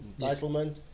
entitlement